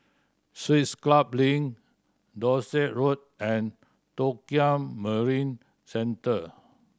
Swiss Club Link Dorset Road and Tokio Marine Centre